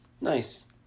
Nice